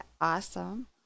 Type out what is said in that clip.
awesome